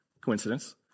coincidence